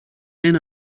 men